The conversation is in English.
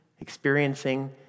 experiencing